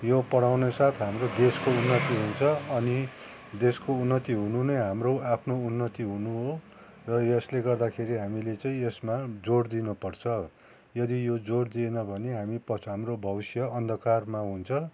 यो पढाउने साथ हाम्रो देशको उन्नति हुन्छ अनि देशको उन्नति हुनु नै हाम्रो आफ्नो उन्नति हुनु हो र यसले गर्दाखेरि हामीले चाहिँ यसमा जोड दिनुपर्छ यदि यो जोड दिएन भने हामी प हाम्रो भविष्य अन्धकारमा हुन्छ